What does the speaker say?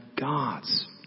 gods